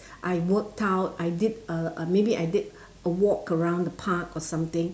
I worked out I did uh uh maybe I did a walk around the park or something